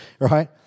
right